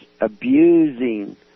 abusing